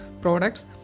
products